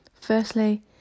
Firstly